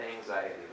anxiety